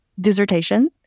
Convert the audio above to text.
dissertation